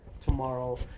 tomorrow